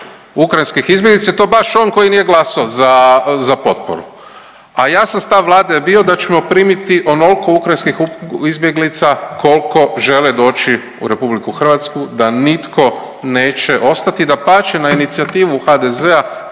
ukrajinskih izbjeglica i to baš on koji nije glasao za potporu, a jasan stav Vlade je bio da ćemo primiti onolko ukrajinskih izbjeglica kolko žele doći u RH, da nitko neće ostati. Dapače na inicijativu HDZ-a